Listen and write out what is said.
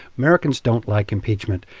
americans don't like impeachment.